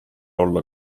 olla